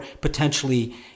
potentially